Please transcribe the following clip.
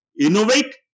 Innovate